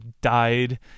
died